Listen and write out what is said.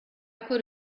could